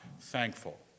thankful